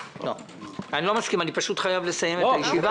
אני פשוט חייב לסיים את הישיבה.